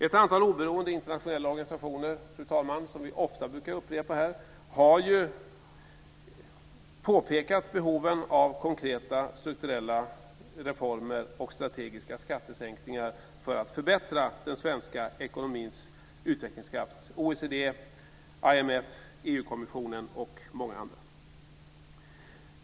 Ett antal oberoende internationella organisationer har ju, som vi ofta brukar upprepa här, fru talman, påpekat behoven av konkreta strukturella reformer och strategiska skattesänkningar för att förbättra den svenska ekonomins utvecklingskraft. Det är OECD, IMF, EU-kommissionen och många andra.